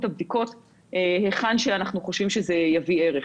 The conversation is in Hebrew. הבדיקות היכן שאנחנו חושבים שזה יביא ערך.